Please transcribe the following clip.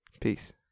Peace